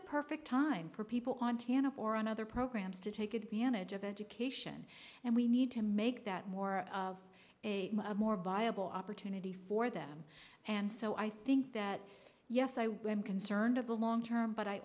a perfect time for people on tanach or on other programs to take advantage of education and we need to make that more of a more viable opportunity for them and so i think that yes i when concerned of the long term but i